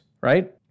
right